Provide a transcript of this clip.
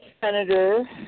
senator